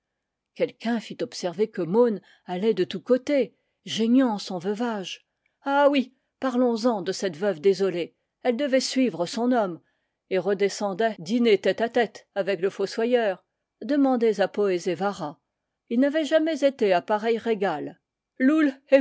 quelqu'un fit observer que môn allait de tous côtés gei gnant son veuvage ah oui parlons-en de cette veuve désolée elle devait suivre son homme et redescendait dîner tête à tête avec le fossoyeur demandez à poézévara il n'avait jamais été à pareil régal